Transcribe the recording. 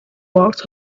walked